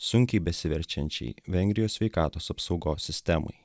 sunkiai besiverčiančiai vengrijos sveikatos apsaugos sistemai